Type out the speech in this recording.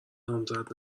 نامزد